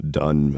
done